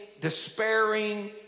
despairing